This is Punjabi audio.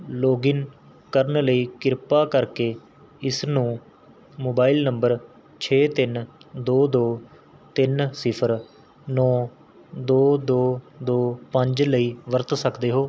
ਲੌਗਿਨ ਕਰਨ ਲਈ ਕਿਰਪਾ ਕਰਕੇ ਇਸ ਨੂੰ ਮੋਬਾਈਲ ਨੰਬਰ ਛੇ ਤਿੰਨ ਦੋ ਦੋ ਤਿੰਨ ਸਿਫ਼ਰ ਨੌ ਦੋ ਦੋ ਦੋ ਪੰਜ ਲਈ ਵਰਤ ਸਕਦੇ ਹੋ